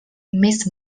més